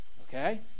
okay